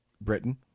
Britain